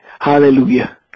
Hallelujah